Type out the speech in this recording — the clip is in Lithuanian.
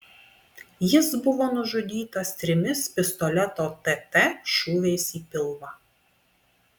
jis buvo nužudytas trimis pistoleto tt šūviais į pilvą